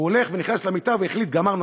הוא הולך ונכנס למיטה ומחליט: גמרנו,